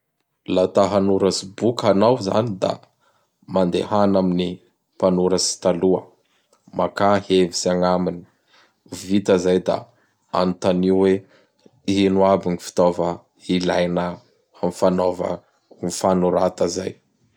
Laha ta hanoratsy boky hanao zany da mandehana amin'ny mpanoratsy taloa; makà hevitsy agnaminy. Vita zay da anontanio oe ino aby gny fitaova ilaina am fanaova ny fanorata zay.